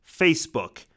facebook